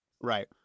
Right